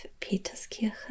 Peterskirche